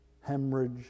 Hemorrhage